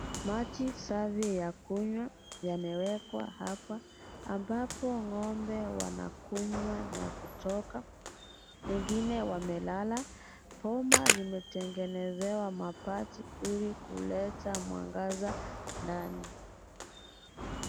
Maji safi ya kunywa yamewekwa hapa ambapo ng'ombe wanakunywa na kutoka , wengine wamelala , boma limetengenezewa mabati ili kuleta mwangaza ndani.